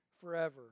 forever